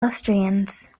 austrians